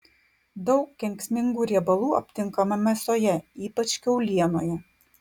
daug kenksmingų riebalų aptinkama mėsoje ypač kiaulienoje